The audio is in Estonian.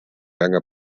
väga